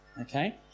Okay